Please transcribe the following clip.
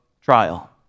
trial